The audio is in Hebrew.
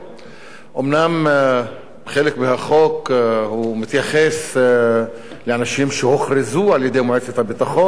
אומנם חלק מהחוק מתייחס לאנשים שהוכרזו על-ידי מועצת הביטחון,